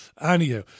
Anyhow